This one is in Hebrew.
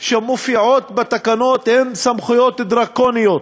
שמופיעות בתקנות הן סמכויות דרקוניות.